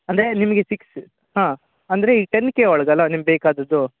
ಅಂದರೆ ನಿಮಗೆ ಸಿಕ್ಸ್ ಹಾಂ ಅಂದರೆ ಈ ಟೆನ್ ಕೆ ಒಳ್ಗೆ ಅಲ್ವಾ ನಿಮ್ಗೆ ಬೇಕಾದದ್ದು